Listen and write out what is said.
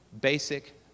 basic